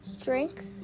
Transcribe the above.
strength